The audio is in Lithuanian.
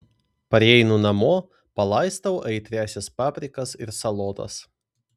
pareinu namo palaistau aitriąsias paprikas ir salotas